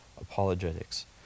apologetics